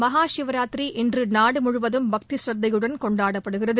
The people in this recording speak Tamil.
மகாசிவராத்திரி இன்று நாடு முழுவதும் பக்தி சிரத்தையுடன் கொண்டாடப்படுகிறது